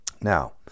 Now